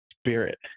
spirit